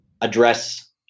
address